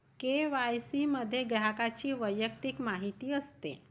KYC मध्ये ग्राहकाची वैयक्तिक माहिती असते